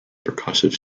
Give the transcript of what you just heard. percussive